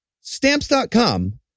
Stamps.com